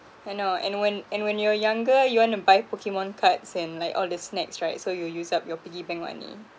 I know and when and when you were younger you want to buy pokemon cards and like all the snacks right so you used up your piggy bank money